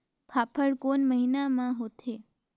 फाफण कोन महीना म होथे?